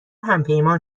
همپیمان